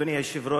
אדוני היושב-ראש,